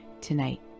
Tonight